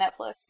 Netflix